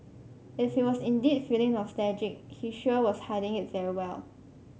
if he was indeed feeling nostalgic he sure was hiding it very well